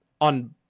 on